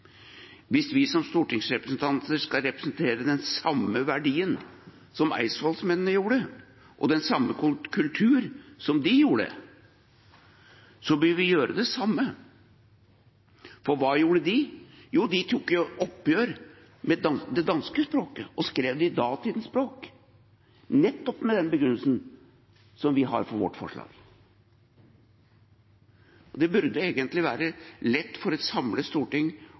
stortingsrepresentanter skal representere den samme verdien som eidsvollsmennene, og den samme kulturen, vil vi gjøre det samme. For hva gjorde de? Jo, de tok et oppgjør med det danske språket og skrev på datidens språk, nettopp med den begrunnelsen som vi har for vårt forslag. Det burde egentlig være lett for et samlet storting